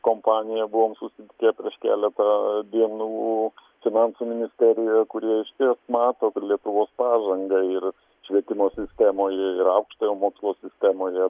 kompanija buvom susitikę prieš keletą dienų finansų ministerija kuri mato kad lietuvos pažangą ir švietimo sistemoje ir aukštojo mokslo sistemoje